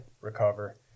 Recover